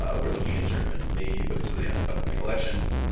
ah we're looking at germany, because of the upcoming election.